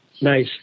Nice